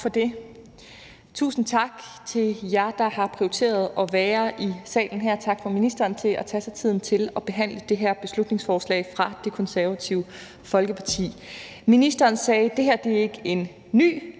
Tak for det. Tusind tak til jer, der har prioriteret at være i salen her, og tak til ministeren for at tage sig tiden til at behandle det her beslutningsforslag fra Det Konservative Folkeparti. Ministeren sagde, at det her ikke er en